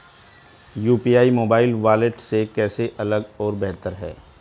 UPI mobile wallet से कैसे अलग और बेहतर है?